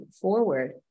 forward